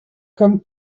come